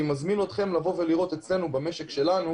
אני מזמין אתכם לראות במשק שלנו,